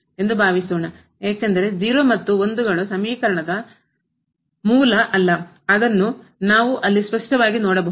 ಏಕೆಂದರೆ 0 ಮತ್ತು 1 ಗಳು ಸಮೀಕರಣದ ಮೂಲ ವಲ್ಲ ಅದನ್ನು ನಾವು ಅಲ್ಲಿ ಸ್ಪಷ್ಟವಾಗಿ ನೋಡಬಹುದು